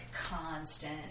constant